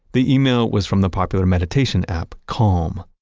the email was from the popular meditation app, calm.